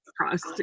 trust